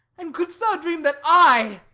and couldst thou dream that i?